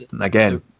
again